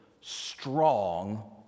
strong